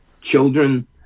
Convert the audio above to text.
children